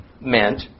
meant